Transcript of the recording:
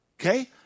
Okay